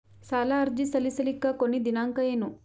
ಸಾಲ ಅರ್ಜಿ ಸಲ್ಲಿಸಲಿಕ ಕೊನಿ ದಿನಾಂಕ ಏನು?